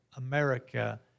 America